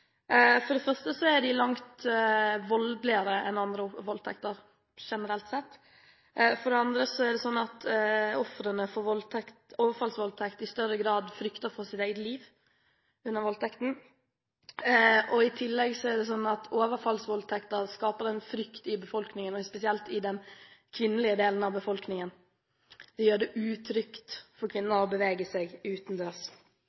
For det første er de generelt sett langt mer voldelige enn andre voldtekter. For det andre er det sånn at ofrene for overfallsvoldtekter i større grad frykter for sitt eget liv under voldtekten. I tillegg er det sånn at overfallsvoldtekter skaper frykt i befolkningen, spesielt i den kvinnelige delen av befolkningen. Det gjør det utrygt for